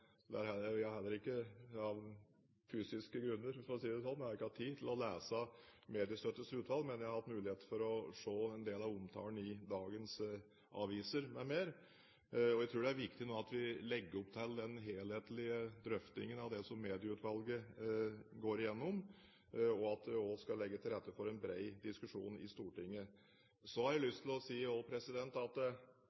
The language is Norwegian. Av fysiske grunner, for å si det sånn, har jeg ikke hatt tid til å lese Mediestøtteutvalgets innstilling, men jeg har hatt mulighet til å se på en del av omtalen i dagens aviser m.m. Jeg tror det er viktig nå at vi legger opp til en helhetlig drøftelse av det som Mediestøtteutvalget går gjennom, og at vi også legger til rette for en bred diskusjon i Stortinget. Så har jeg